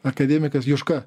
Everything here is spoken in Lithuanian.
akademikas juška